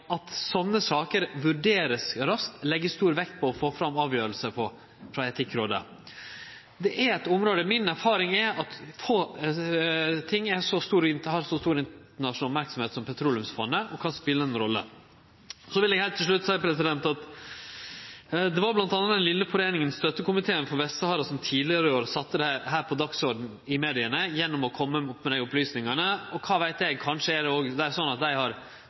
at slike saker vert vurderte raskt, og at ein skal leggje stor vekt på å få fram avgjerder frå Etikkrådet. Mi erfaring er at få ting har så stor internasjonal merksemd som Petroleumsfondet, og det kan spele ei rolle. Så vil eg heilt til slutt seie at det var bl.a. den vesle foreininga Støttekomiteen for Vest-Sahara som tidlegare i år sette dette på dagsordenen i media gjennom å kome med desse opplysningane. Og kva veit eg – kanskje er det òg slik at dei har kontakta fleire enn meg, f.eks. interpellanten, og dermed indirekte bidrege til at